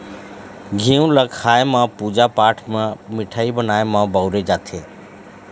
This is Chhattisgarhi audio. घींव ल खाए म, पूजा पाठ म, मिठाई बनाए म बउरे जाथे